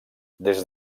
des